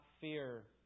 fear